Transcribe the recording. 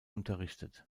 unterrichtet